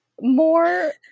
more